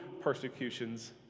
persecutions